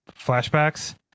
flashbacks